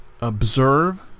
observe